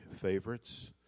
favorites